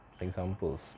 Examples